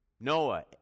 Noah